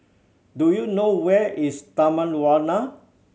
do you know where is Taman Warna